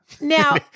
Now